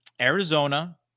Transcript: Arizona